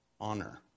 honor